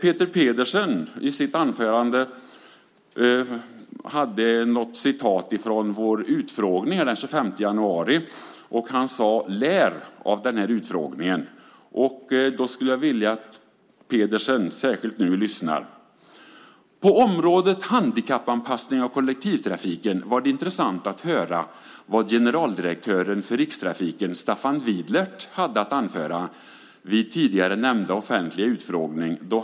Peter Pedersen hade i sitt anförande ett citat från vår utfrågning den 25 januari, och han sade: Lär av den här utfrågningen! Då skulle jag vilja att särskilt Pedersen nu lyssnar. På området handikappanpassning av kollektivtrafiken var det intressant att höra vad generaldirektören för Rikstrafiken, Staffan Widlert, hade att anföra vid tidigare nämnda utfrågning.